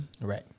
Right